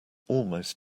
almost